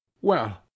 Well